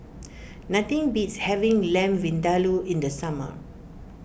nothing beats having Lamb Vindaloo in the summer